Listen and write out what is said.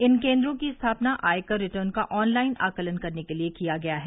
इन केन्द्रों की स्थापना आयकर रिटर्न का ऑन लाईन आकलन करने के लिए किया गया है